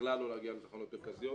בכלל לא להגיע לתחנות מרכזיות,